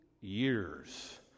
years